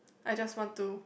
I just want to